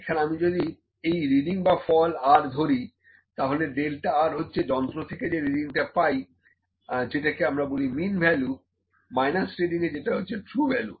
এখানে আমি যদি এই রিডিং বা ফল r ধরি তাহলে ডেল্টা r হচ্ছে যন্ত্র থেকে যে রিডিং পাচ্ছি যেটাকে আমরা বলি মিন ভ্যালু মাইনাস রিডিং যেটা হচ্ছে ট্রু ভ্যালু